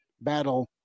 battle